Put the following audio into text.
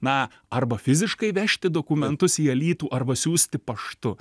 na arba fiziškai vežti dokumentus į alytų arba siųsti paštu